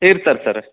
ಇರ್ತಾರೆ ಸರ್